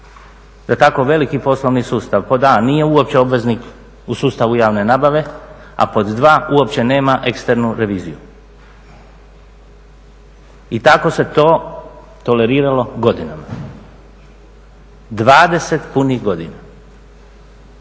da tako veliki poslovni sustav a) nije uopće obveznik u sustavu javne nabave, a b) uopće nema eksternu reviziju. I tako se to toleriralo godinama. 20 punih godina.